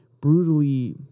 brutally